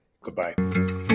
goodbye